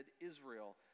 Israel